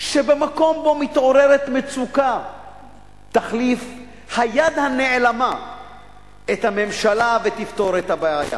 שבמקום שבו מתעוררת מצוקה תחליף היד הנעלמה את הממשלה ותפתור את הבעיה.